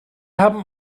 haben